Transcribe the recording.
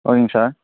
ஓகேங்க சார்